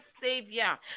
Savior